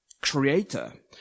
creator